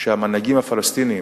שהמנהיגים הפלסטינים